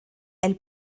elle